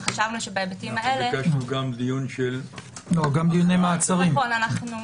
ביקשנו גם דיון של הכרעת הדין,